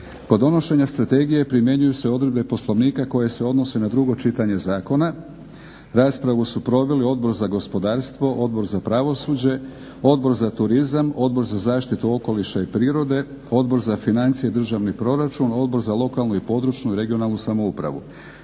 Kod donošenja strategije primjenjuju se odredbe Poslovnika koje se odnose na drugo čitanje zakona. Raspravu su proveli Odbor za gospodarstvo, Odbor za pravosuđe, Odbor za turizam, Odbor za zaštitu okoliša i prirode, Odbor za financije i državni proračun, Odbor za lokalnu i područnu (regionalnu) samoupravu.